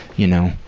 you know,